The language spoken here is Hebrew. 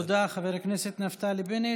תודה, חבר הכנסת נפתלי בנט.